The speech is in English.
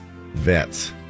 vets